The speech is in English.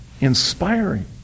Inspiring